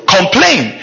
Complain